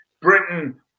Britain